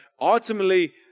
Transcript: ultimately